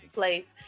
place